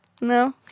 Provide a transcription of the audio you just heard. no